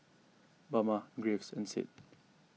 Bama Graves and Sid